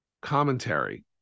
commentary